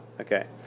Okay